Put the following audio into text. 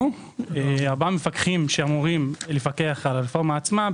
ארבעה מפקחים שאמורים לפקח על הרפורמה עצמה,